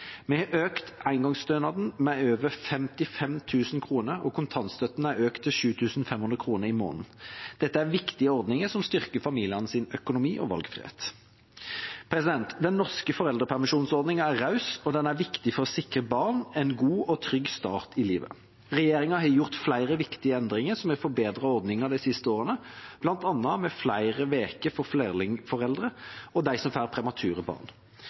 Vi har økt engangsstønaden med over 55 000 kr, og kontantstøtten er økt til 7 500 kr i måneden. Dette er viktige ordninger som styrker familienes økonomi og valgfrihet. Den norske foreldrepermisjonsordninga er raus, og den er viktig for å sikre barn en god og trygg start i livet. Regjeringa har gjort flere viktige endringer som har forbedret ordningen de siste årene, bl.a. med flere uker for flerlingforeldre og dem som får premature barn.